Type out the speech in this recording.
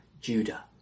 Judah